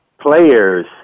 players